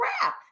crap